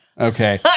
Okay